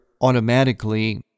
automatically